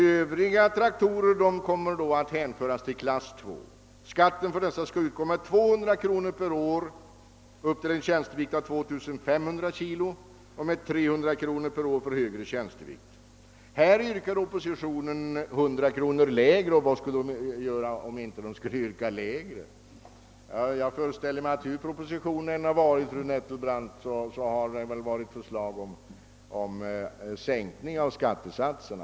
Här yrkar oppositionen en sänkning av skatten med 100 kronor. Varför skulle inte oppositionen yrka på en sänkning? Jag föreställer mig att hur propositionen än hade utformats, fru Nettelbrandt, hade oppositionen ändå kommit med förslag om en sänkning av skattesatserna.